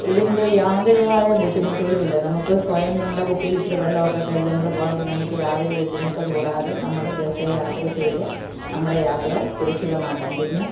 ഇതിൻ്റെ യാതൊരുമായ ബുദ്ധിമുട്ടുകളുമില്ല നമുക്ക് സ്വയം നമ്മുടെ കുപ്പിയിലിച്ചിരി വെള്ളമൊക്കെ കരുതി നമ്മൾ പോകാമെങ്കിൽ നമുക്ക് യാതൊരു ബുദ്ധിമുട്ടും കൂടാതെ നമ്മൾ ബസ്സേ യാത്ര ചെയ്തു നമ്മുടെ യാത്ര സുരക്ഷിതമാക്കാം പിന്നെ